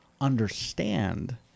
understand